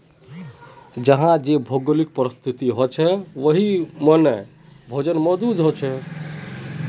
जेछां जे भौगोलिक परिस्तिथि होछे उछां वहिमन भोजन मौजूद होचे